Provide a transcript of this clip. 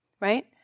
right